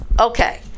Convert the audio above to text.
Okay